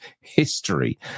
history